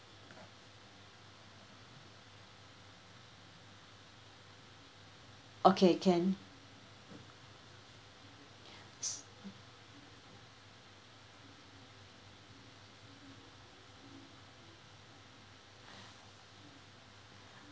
okay can